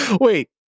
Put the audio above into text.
Wait